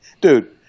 dude